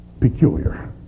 peculiar